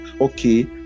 okay